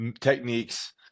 techniques